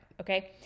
okay